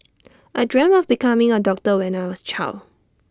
I dreamt of becoming A doctor when I was A child